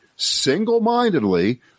single-mindedly